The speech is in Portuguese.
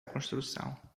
construção